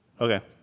Okay